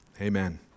Amen